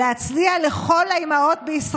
אני רוצה להסביר אחרי זה למה היא התכוונה.